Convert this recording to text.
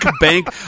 bank